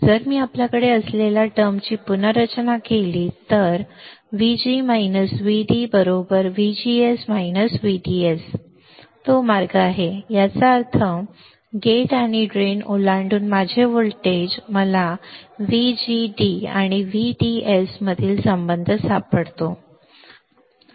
जर मी आपल्याकडे असलेल्या टर्मची पुनर्रचना केली तर VG VD VGS VDS बरोबर तो मार्ग आहे याचा अर्थ काहीही नाही परंतु गेट आणि ड्रेन ओलांडून माझे व्होल्टेज म्हणूनच मला व्हीजीडी आणि व्हीडीएसमधील संबंध सापडतो म्हणजे हे असे काहीतरी आहे जे मला सर्व ठीक आहे